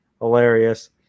hilarious